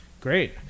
Great